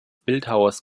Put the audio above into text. bildhauers